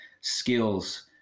skills